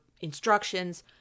instructions